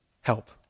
help